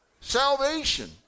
Salvation